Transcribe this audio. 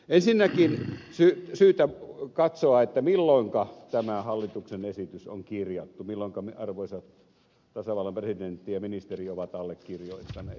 ensinnäkin on syytä katsoa milloinka tämä hallituksen esitys on kirjattu milloinka arvoisat tasavallan presidentti ja ministeri ovat allekirjoittaneet